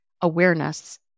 awareness